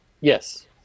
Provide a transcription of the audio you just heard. yes